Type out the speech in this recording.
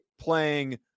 playing